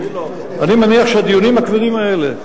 אני מניח שהדיונים הכבדים האלה,